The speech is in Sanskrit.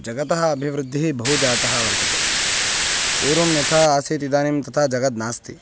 जगतः अभिवृद्धिः बहु जाता वर्तते पूर्वं यथा आसीत् इदानीं तथा जगद् नास्ति